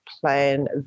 plan